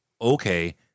Okay